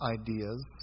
ideas